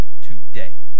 today